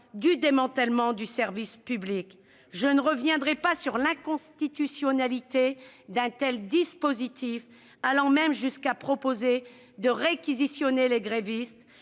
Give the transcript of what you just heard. de démantèlement du service public ? Je ne reviendrai pas sur l'inconstitutionnalité d'un tel dispositif, qui va jusqu'à prévoir la réquisition des grévistes,